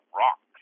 rock